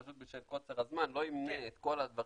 בשל קוצר הזמן, אני לא אמנה את כל הדברים